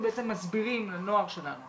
של המערכת באמת להתכוונן ולעשות יותר,